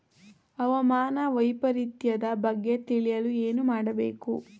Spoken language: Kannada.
ಹವಾಮಾನ ವೈಪರಿತ್ಯದ ಬಗ್ಗೆ ತಿಳಿಯಲು ಏನು ಮಾಡಬೇಕು?